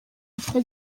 witwa